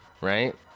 right